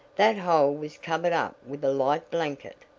that hole was covered up with a light blanket.